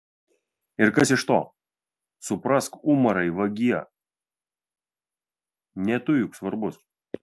ir kas iš to suprask umarai vagie ne tu juk svarbus